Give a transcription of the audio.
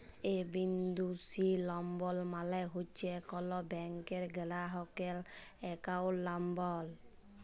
এ বিন্দু সি লম্বর মালে হছে কল ব্যাংকের গেরাহকের একাউল্ট লম্বর